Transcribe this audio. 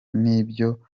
n’ibyo